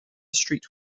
street